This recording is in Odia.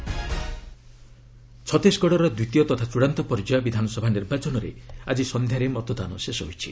ଛତିଶଗଡ଼ ପୋଲିଂ ଛତିଶଗଡ଼ର ଦ୍ୱିତୀୟ ତଥା ଚୂଡ଼ାନ୍ତ ପର୍ଯ୍ୟାୟ ବିଧାନସଭା ନିର୍ବାଚନରେ ଆକି ସନ୍ଧ୍ୟାରେ ମତଦାନ ଶେଷ ହୋଇଛି